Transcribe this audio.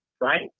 right